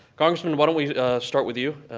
congressman, why don't we start with you,